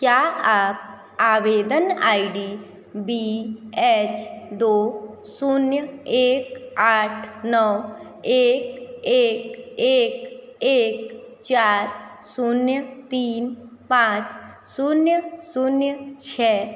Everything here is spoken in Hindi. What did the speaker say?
क्या आप आवेदन आई डी बी एच दो शून्य एक आठ नौ एक एक एक एक चार शून्य तीन पाँच शून्य शून्य छः